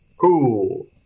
Cool